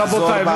רבותי.